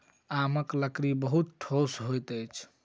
आमक लकड़ी बहुत ठोस होइत अछि